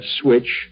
switch